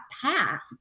path